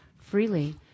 freely